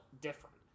different